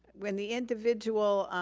when the individual